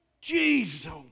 Jesus